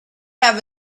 have